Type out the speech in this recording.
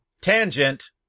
Tangent